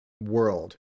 world